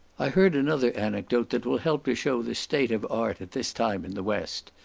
i heard another anecdote that will help to show the state of art at this time in the west.